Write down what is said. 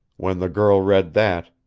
when the girl read that,